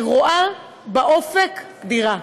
אני רואה באופק דירה.